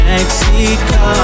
Mexico